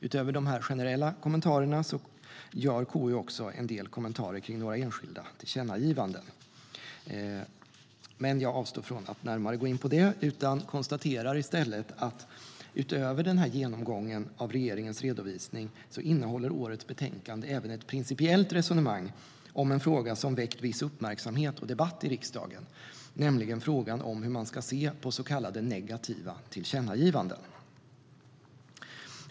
Utöver de generella kommentarerna har KU en del kommentarer om några enskilda tillkännagivanden, men jag avstår från att närmare gå in på dem. Jag konstaterar i stället att utöver genomgången av regeringens redovisning innehåller årets betänkande även ett principiellt resonemang om en fråga som väckt viss uppmärksamhet och debatt i riksdagen, nämligen frågan om hur man ska se på så kallade negativa tillkännagivanden.